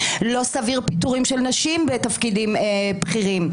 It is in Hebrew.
לא סביר פיטורים של נשים בתפקידים בכירים,